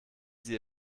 sie